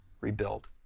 rebuild